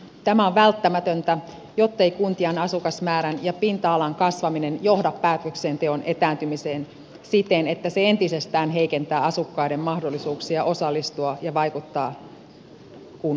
tämä on välttämätöntä jottei kuntien asukasmäärän ja pinta alan kasvaminen johda päätöksenteon etääntymiseen siten että se entisestään heikentää asukkaiden mahdollisuuksia osallistua ja vaikuttaa kunnassa